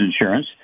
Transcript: insurance